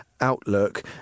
outlook